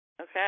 Okay